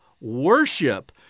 worship